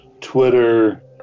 twitter